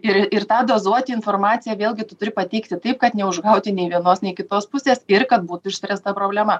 ir ir tą dozuot informaciją vėlgi tu turi pateikti taip kad neužgoti nė vienos nei kitos pusės ir kad būtų išspręsta problema